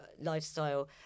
lifestyle